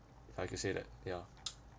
if I could say that ya